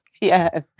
Yes